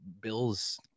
bills